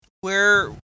Where-